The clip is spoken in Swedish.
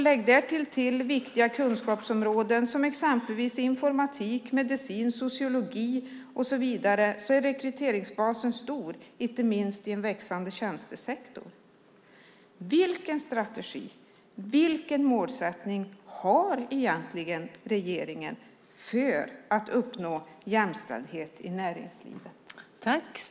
Lägg därtill viktiga kunskapsområden som exempelvis informatik, medicin och sociologi så är rekryteringsbasen stor, inte minst i en växande tjänstesektor. Vilken strategi och vilken målsättning har egentligen regeringen för att uppnå jämställdhet i näringslivet?